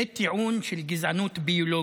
זה טיעון של גזענות ביולוגית.